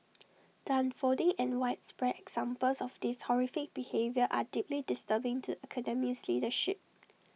the unfolding and widespread examples of this horrific behaviour are deeply disturbing to the Academy's leadership